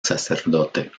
sacerdote